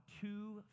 two